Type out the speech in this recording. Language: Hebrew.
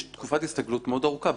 יש תקופת הסתגלות מאוד ארוכה.